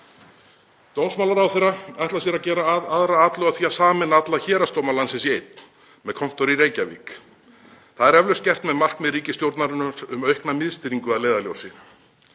Dómsmálaráðherra ætlar sér að gera aðra atlögu að því að sameina alla héraðsdóma landsins í einn með kontór í Reykjavík. Það er eflaust gert með markmið ríkisstjórnarinnar um aukna miðstýringu að leiðarljósi.